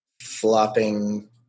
flopping